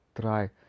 try